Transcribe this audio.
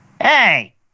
Hey